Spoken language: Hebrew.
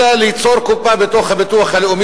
אלא ליצור קופה בתוך הביטוח הלאומי,